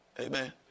Amen